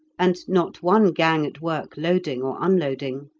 and not one gang at work loading or unloading.